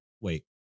wait